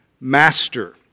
Master